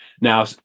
now